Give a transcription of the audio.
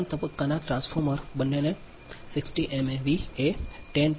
ત્રણ તબક્કાના ટ્રાન્સફોર્મર્સ બંનેને 60 એમવીએ 10